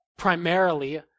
primarily